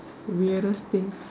weirdest things